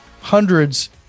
hundreds